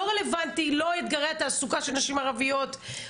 לא רלבנטי, לא אתגרי התעסוקה של נשים ערביות.